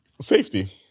Safety